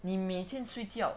你每天睡觉